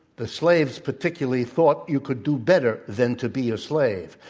the slaves particularly thought you could do better than to be a slave.